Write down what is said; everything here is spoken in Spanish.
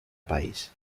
país